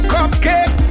Cupcake